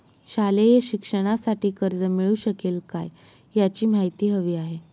शालेय शिक्षणासाठी कर्ज मिळू शकेल काय? याची माहिती हवी आहे